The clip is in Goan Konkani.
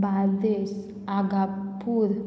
बार्देस आगापूर